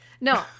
no